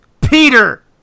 Peter